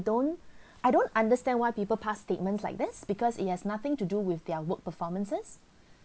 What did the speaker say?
don't I don't understand why people past statements like this because it has nothing to do with their work performances